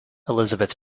elizabeth